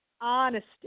honesty